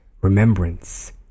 remembrance